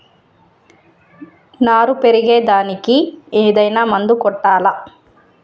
నారు పెరిగే దానికి ఏదైనా మందు కొట్టాలా?